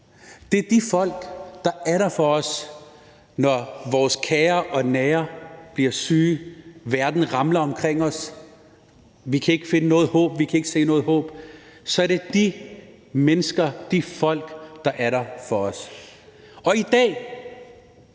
Det er de folk, der er der for os, når vores kære og nære bliver syge og verden ramler omkring os og vi ikke kan finde noget håb og vi ikke kan se noget håb. Så er det de mennesker, de folk, der er der for os. I dag